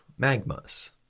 magmas